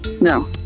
No